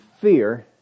fear